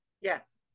Yes